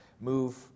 move